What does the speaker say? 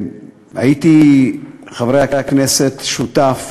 הייתי, חברי הכנסת, שותף